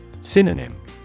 Synonym